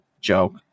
joke